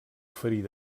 oferir